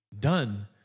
done